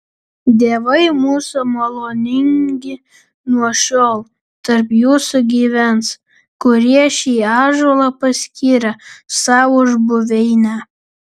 dievai mūsų maloningi nuo šiol tarp jūsų gyvens kurie šį ąžuolą paskyrė sau už buveinę